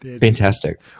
Fantastic